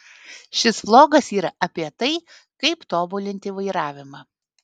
šis vlogas yra apie tai kaip tobulinti vairavimą